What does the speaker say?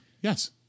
Yes